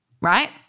right